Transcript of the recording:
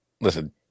Listen